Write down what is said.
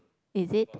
is it